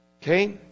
Okay